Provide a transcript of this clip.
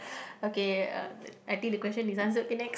okay uh I think the question is answered okay next